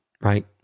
right